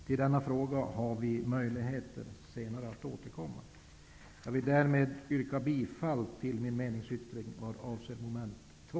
Till denna fråga har vi möjligheter att återkomma senare. Jag vill därmed yrka bifall till min meningsyttring vad avser mom. 2.